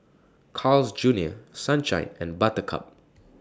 Carl's Junior Sunshine and Buttercup